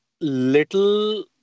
little